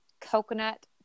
coconut